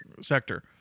sector